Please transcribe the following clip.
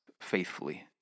faithfully